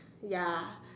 ya